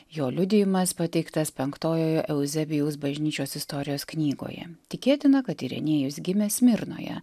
jo liudijimas pateiktas penktojoj euzebijaus bažnyčios istorijos knygoje tikėtina kad irėnijus gimė smirnoje